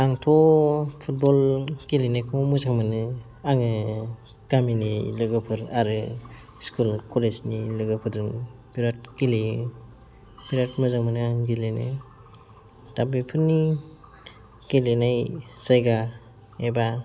आंथ' फुटबल गेलेनायखौ मोजां मोनो आङो गामिनि लोगोफोर आरो स्कुल कलेजनि लोगोफोरजों बेराद गेलेयो बेराद मोजां मोनो आं गेलेनो दा बेफोरनि गेलेनाय जायगा एबा